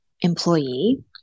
employee